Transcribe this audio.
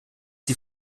die